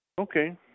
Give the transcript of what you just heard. Okay